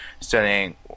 studying